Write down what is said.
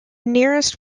nearest